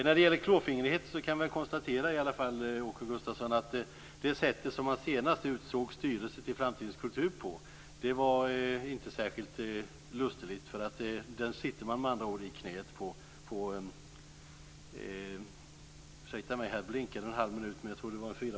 När det gäller klåfingrighet kan vi konstatera, Åke Gustavsson, att det sätt man senast utsåg styrelsen till Framtidens kultur på inte var särskilt lusteligt.